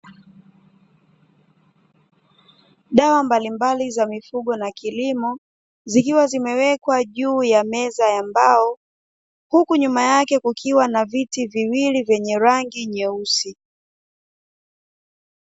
Dawa mbalimbali za mifugo na kilimo zikiwa zimewekwa juu ya meza ya mbao, huku nyuma yake kukiwa na viti viwili vyenye rangi nyeusi.